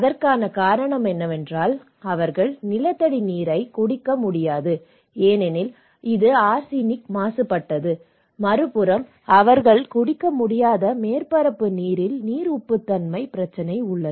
அதற்கான காரணம் என்னவென்றால் அவர்கள் நிலத்தடி நீரை குடிக்க முடியாது ஏனெனில் இது ஆர்சனிக் மாசுபட்டது மறுபுறம் அவர்கள் குடிக்க முடியாத மேற்பரப்பு நீரில் நீர் உப்புத்தன்மை பிரச்சினை உள்ளது